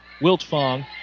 Wiltfong